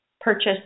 purchase